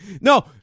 No